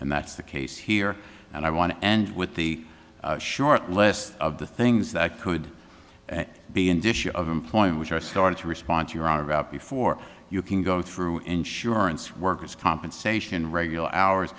and that's the case here and i want to and with the short list of the things that could be an issue of employment which i started to respond to your on about before you can go through insurance workers compensation regular hours